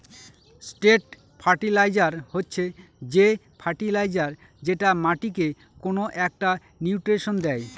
straight fertilizer হচ্ছে যে fertilizer যেটা মাটিকে কোনো একটা নিউট্রিশন দেয়